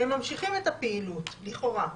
הם ממשיכים את הפעילות לכאורה.